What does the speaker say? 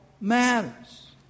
matters